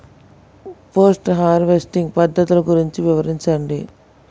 Post harvesting పద్ధతులు గురించి వివరించండి?